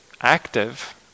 active